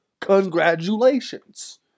Congratulations